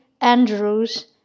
Andrews